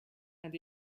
and